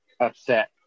upset